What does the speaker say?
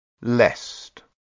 Lest